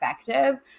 effective